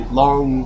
long